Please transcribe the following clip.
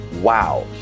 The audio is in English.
wow